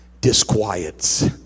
disquiets